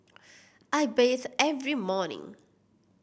I bathe every morning